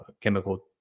chemical